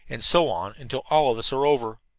and so on until all of us are over.